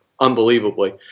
unbelievably